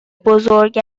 بزرگ